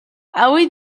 avui